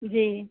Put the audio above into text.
जी